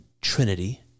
Trinity